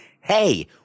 hey